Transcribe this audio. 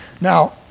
Now